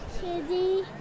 Kitty